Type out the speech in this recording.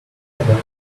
about